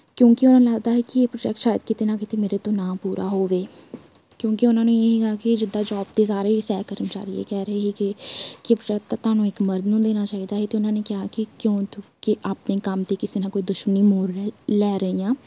ਕਿਉਂਕਿ ਉਹਨਾਂ ਨੂੰ ਲੱਗਦਾ ਹੈ ਕਿ ਇਹ ਪ੍ਰੋਜੈਕਟ ਸ਼ਾਇਦ ਕਿਤੇ ਨਾ ਕਿਤੇ ਮੇਰੇ ਤੋਂ ਨਾ ਪੂਰਾ ਹੋਵੇ ਕਿਉਂਕਿ ਉਹਨਾਂ ਨੂੰ ਇਹ ਸੀਗਾ ਕਿ ਜਿੱਦਾਂ ਜੋਬ 'ਤੇ ਸਾਰੇ ਹੀ ਸਹਿ ਕਰਮਚਾਰੀ ਇਹ ਕਹਿ ਰਹੇ ਸੀ ਕਿ ਕਿ ਇਹ ਪ੍ਰੋਜੈਕਟ ਤਾਂ ਤੁਹਾਨੂੰ ਇੱਕ ਮਰਦ ਨੂੰ ਦੇਣਾ ਚਾਹੀਦਾ ਸੀ ਅਤੇ ਉਹਨਾਂ ਨੇ ਕਿਹਾ ਕਿ ਕਿਉਂਕਿ ਆਪਣੇ ਕੰਮ ਦੀ ਕਿਸੇ ਨਾ ਕੋਈ ਦੁਸ਼ਮਣੀ ਮੋੜ ਰਿ ਲੈ ਰਹੀ ਹਾਂ